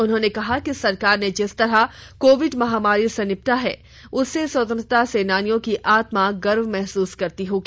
उन्होंने कहा कि सरकार ने जिस तरह कोविड महामारी से निपटा है उससे स्वतंत्रता सेनानियों की आत्मा गर्व महसूस करती होगी